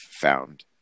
found